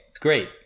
great